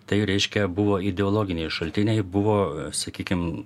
tai reiškia buvo ideologiniai šaltiniai buvo sakykim